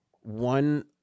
one